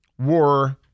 War